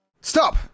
Stop